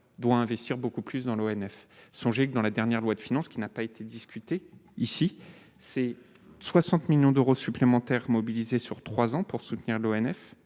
doit investir beaucoup plus dans l'ONF, songez que dans la dernière loi de finances, qui n'a pas été discutée. Ici, c'est 60 millions d'euros supplémentaires mobilisés sur 3 ans pour soutenir l'ONF,